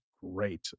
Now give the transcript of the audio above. great